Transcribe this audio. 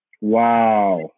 Wow